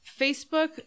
Facebook